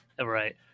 right